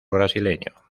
brasileño